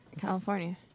california